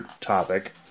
topic